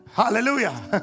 hallelujah